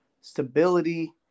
stability